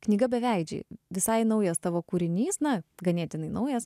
knyga beveidžiai visai naujas tavo kūrinys na ganėtinai naujas